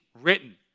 written